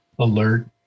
alert